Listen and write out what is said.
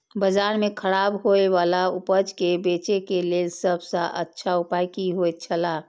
बाजार में खराब होय वाला उपज के बेचे के लेल सब सॉ अच्छा उपाय की होयत छला?